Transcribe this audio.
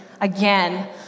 again